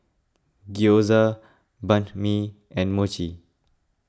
Gyoza Banh Mi and Mochi